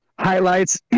Highlights